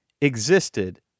existed